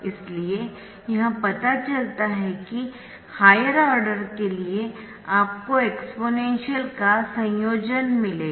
इसलिए यह पता चलता है कि हायर ऑर्डर के लिए आपको एक्सपोनेंशियल का संयोजन मिलेगा